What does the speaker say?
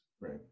right